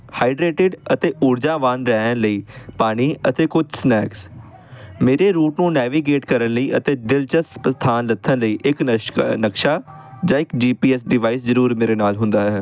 hydrated ਅਤੇ ਊਰਜਾਵਾਨ ਰਹਿਣ ਲਈ ਪਾਣੀ ਅਤੇ ਕੁਝ ਸਨੈਕਸ ਮੇਰੇ ਰੂਟ ਨੂੰ ਨੈਵੀਗੇਟ ਕਰਨ ਲਈ ਅਤੇ ਦਿਲਚਸਪ ਥਾਂ ਨੱਥਣ ਲਈ ਇੱਕ ਨਸ਼ਕਾ ਨਕਸ਼ਾ ਜਾਂ ਇੱਕ ਜੀ ਪੀ ਐੱਸ ਡਿਵਾਈਸ ਜ਼ਰੂਰ ਮੇਰੇ ਨਾਲ ਹੁੰਦਾ ਹੈ